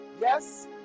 yes